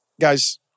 Guys